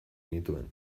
nituen